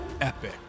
epic